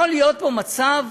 יכול להיות פה מצב